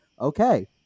okay